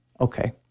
Okay